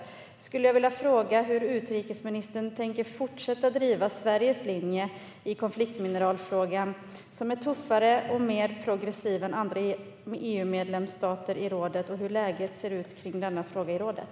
Jag skulle vilja fråga hur utrikesministern tänker fortsätta driva Sveriges linje i konfliktmineralfrågan. Den är tuffare och mer progressiv än andra EU-medlemsstaters i rådet. Hur ser läget ut kring denna fråga i rådet?